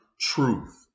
truth